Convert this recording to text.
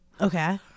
Okay